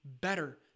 better